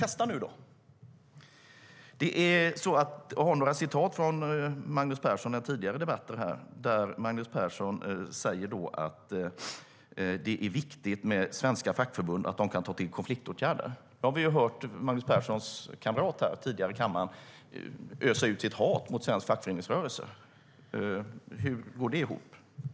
Den kan vi testa nu. Jag har några citat av Magnus Persson från tidigare debatter. Han har sagt att det är viktigt med svenska fackförbund och att de kan ta till konfliktåtgärder. Vi hörde tidigare i kammaren hur Magnus Perssons kamrat öste ut sitt hat mot svensk fackföreningsrörelse. Hur går det ihop?